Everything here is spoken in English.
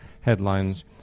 headlines